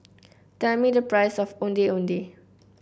tell me the price of Ondeh Ondeh